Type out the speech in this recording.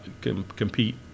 compete